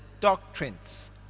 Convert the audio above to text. doctrines